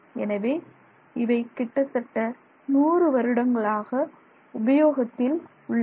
எனவே இவை கிட்டத்தட்ட100 வருடங்களாக உபயோகத்தில் உள்ளன